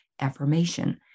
affirmation